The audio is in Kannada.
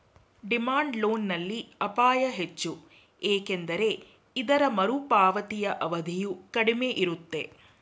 ಡಿಮ್ಯಾಂಡ್ ಲೋನ್ ನಲ್ಲಿ ಅಪಾಯ ಹೆಚ್ಚು ಏಕೆಂದರೆ ಇದರ ಮರುಪಾವತಿಯ ಅವಧಿಯು ಕಡಿಮೆ ಇರುತ್ತೆ